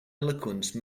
eloquence